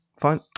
Fine